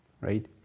right